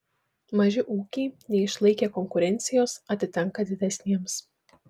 maži ūkiai neišlaikę konkurencijos atitenka didesniems